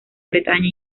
bretaña